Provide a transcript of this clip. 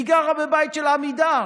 והיא גרה בבית של עמידר,